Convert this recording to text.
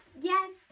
yes